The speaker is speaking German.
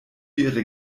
ihre